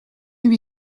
lui